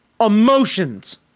emotions